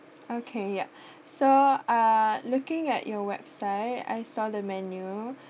okay ya so uh looking at your website I saw the menu